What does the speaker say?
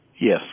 Yes